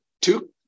two